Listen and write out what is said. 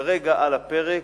כרגע על הפרק,